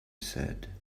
said